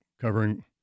covering